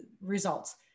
results